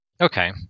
Okay